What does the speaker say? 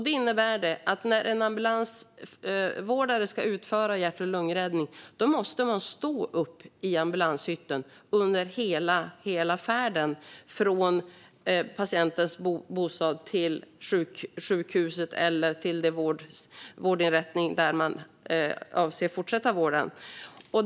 Det innebär att en ambulanssjukvårdare som ska utföra hjärt och lungräddning måste stå upp i ambulanshytten under hela färden från patientens bostad till sjukhuset eller till den vårdinrättning där vården ska fortsätta.